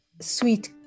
sweet